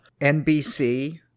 NBC